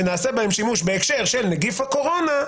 שנעשה בהן שימוש בהקשר של נגיף הקורונה,